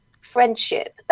friendship